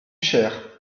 cher